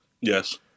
Yes